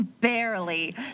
barely